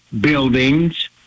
buildings